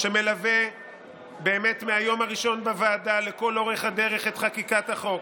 שמלווה באמת מהיום הראשון בוועדה לכל אורך הדרך את חקיקת החוק,